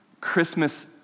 Christmas